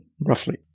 roughly